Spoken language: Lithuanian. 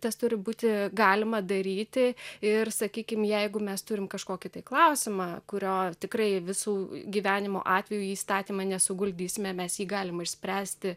tas turi būti galima daryti ir sakykim jeigu mes turim kažkokį klausimą kurio tikrai visų gyvenimo atvejų į įstatymą nesuguldysime mes jį galime išspręsti